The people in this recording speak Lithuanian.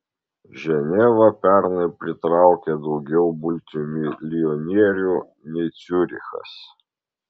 ženeva pernai pritraukė daugiau multimilijonierių nei ciurichas